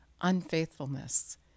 unfaithfulness